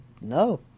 No